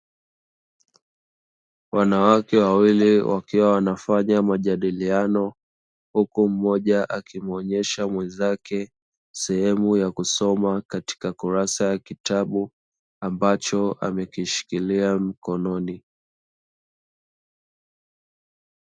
Wanawake wawili wakiwa wanafanya majadiliano, huku mmoja akimuonyesha mwenzake sehemu ya kusoma katika kurasa ya kitabu, ambacho amekishikilia mkononi.